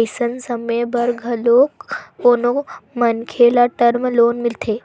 अइसन समे बर घलो कोनो मनखे ल टर्म लोन मिलथे